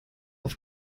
auf